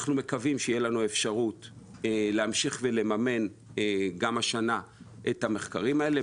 אנחנו מקווים שתהיה לנו אפשרות להמשיך ולממן את המחקרים האלה גם השנה,